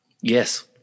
Yes